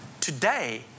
today